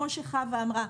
כמו שחוה אמרה,